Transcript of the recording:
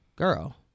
girl